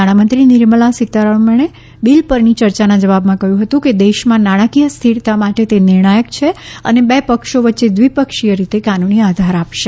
નાણાં મંત્રી નિર્મળા સીતારમણે બિલ પરની ચર્ચાના જવાબમાં કહ્યું હતું કે દેશમાં નાણાકીય સ્થિરતા માટે તે નિર્ણાયક છે અને બે પક્ષો વચ્ચે દ્વિપક્ષીય રીતે કાનૂની આધાર આપશે